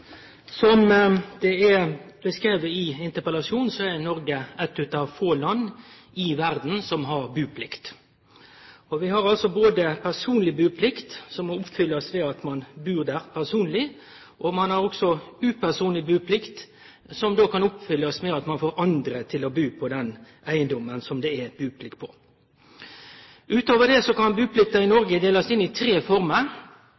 Som det er beskrive i interpellasjonen, er Noreg eit av få land i verda som har buplikt. Vi har både personleg buplikt, som må oppfyllast ved at ein bur der personleg, og vi har upersonleg buplikt, som kan oppfyllast ved at ein får andre til å bu på den eigedommen som det er buplikt på. Utover det kan buplikta i